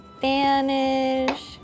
Vanish